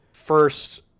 First